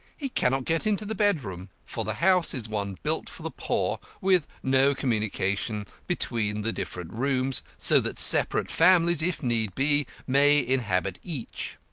he cannot get into the bedroom, for the house is one built for the poor, with no communication between the different rooms, so that separate families, if need be, may inhabit each.